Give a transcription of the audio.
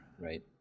Right